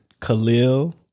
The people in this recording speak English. Khalil